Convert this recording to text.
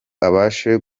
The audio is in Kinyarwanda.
abashe